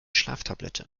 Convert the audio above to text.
schlaftablette